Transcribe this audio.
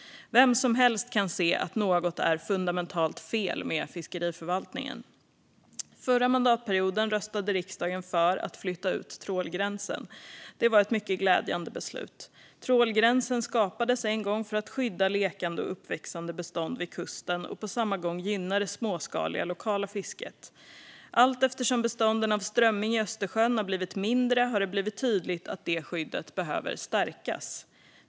Vem som helst kan se att något är fundamentalt fel med fiskeriförvaltningen. Förra mandatperioden röstade riksdagen för att flytta ut trålgränsen. Det var ett mycket glädjande beslut. Trålgränsen skapades en gång för att skydda lekande och uppväxande bestånd vid kusten och på samma gång gynna det småskaliga lokala fisket. Allteftersom bestånden av strömming i Östersjön har blivit mindre har det blivit tydligt att det skyddet behöver stärkas.